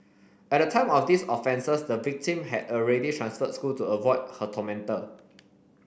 at the time of these offences the victim had already transferred schools to avoid her tormentor